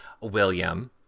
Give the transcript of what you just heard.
William